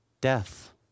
Death